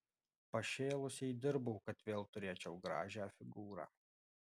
pašėlusiai dirbau kad vėl turėčiau gražią figūrą